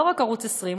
לא רק ערוץ 20,